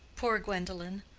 poor gwendolen,